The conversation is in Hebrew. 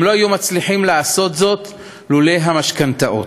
לא היו מצליחים לעשות זאת לולא המשכנתאות.